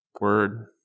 Word